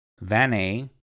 VAN-A